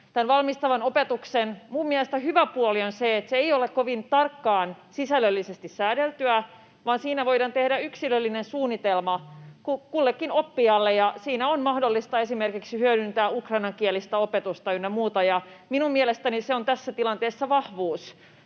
valmistavan opetuksen hyvä puoli on se, että se ei ole kovin tarkkaan sisällöllisesti säädeltyä, vaan siinä voidaan tehdä yksilöllinen suunnitelma kullekin oppijalle, ja siinä on mahdollista esimerkiksi hyödyntää ukrainankielistä opetusta ynnä muuta. Minun mielestäni se on tässä tilanteessa vahvuus,